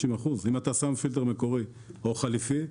50%. אם אתה שם פילטר מקורי או חליפי,